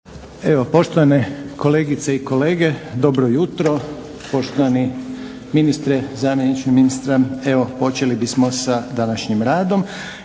Poštovane kolegice i kolege, dobro jutro. Poštovani ministre, zamjeniče ministra. Evo počeli bismo sa današnjim radom